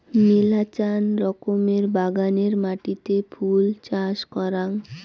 মেলাচান রকমের বাগানের মাটিতে ফুল চাষ করাং